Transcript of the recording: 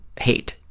hate